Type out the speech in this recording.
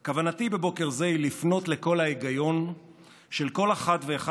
כוונתי בבוקר זה היא לפנות לקול ההיגיון של כל אחת ואחד